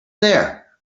there